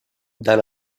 dans